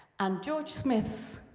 and george smith's